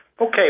Okay